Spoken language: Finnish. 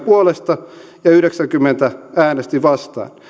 puolesta ja yhdeksänkymmentä äänesti vastaan